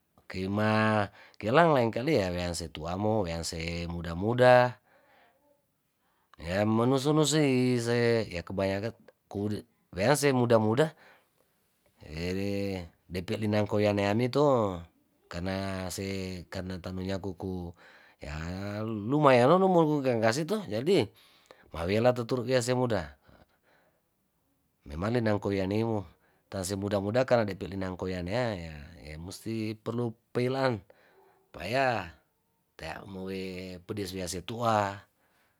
Kema kelang lengkali ya lawean se tuamo yanse muda- muda, ya menusu nusu ise ya kebanyakan kuode, weanse muda- muda depe linangko yaneame to kana se karna tanuyakuku ya lumayan no numungkakase to jadi mawela tuturu' yase muda memale yangko yanemo tese muda muda karna linangko yanea ya emusti perlu peilaan paya teamowe pedia yu yasetua.